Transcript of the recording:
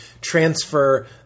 transfer